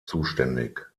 zuständig